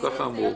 בואו